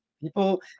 people